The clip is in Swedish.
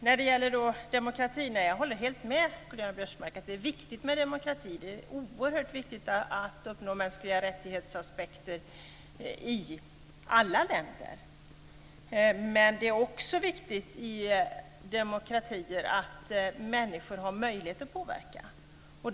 Jag håller helt med Karl-Göran Biörsmark att det är viktigt med demokrati. Det är oerhört viktigt att uppnå mänskligarättighetsaspekter i alla länder. Det är också viktigt i demokratier att människor har möjlighet att påverka.